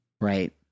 Right